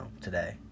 today